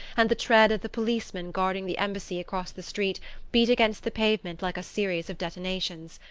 and the tread of the policeman guarding the embassy across the street beat against the pavement like a series of detonations.